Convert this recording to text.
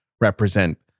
represent